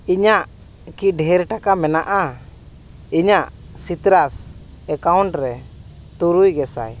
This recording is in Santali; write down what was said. ᱤᱧᱟᱹᱜ ᱠᱤ ᱰᱷᱮᱨ ᱴᱟᱠᱟ ᱢᱮᱱᱟᱜᱼᱟ ᱤᱧᱟᱹᱜ ᱥᱤᱛᱟᱹᱨᱟᱥ ᱮᱠᱟᱣᱩᱱᱴ ᱨᱮ ᱛᱩᱨᱩᱭ ᱜᱮᱥᱟᱭ